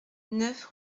neuf